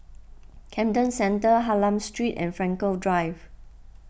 Camden Centre Hylam Street and Frankel Drive